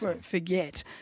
forget